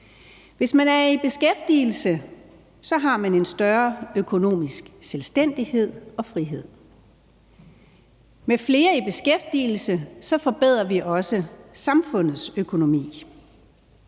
Hvis man er i beskæftigelse, har man en større økonomisk selvstændighed og frihed. Med flere i beskæftigelse forbedrer vi også samfundets økonomi,